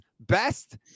Best